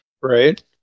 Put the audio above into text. Right